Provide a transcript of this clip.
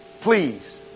please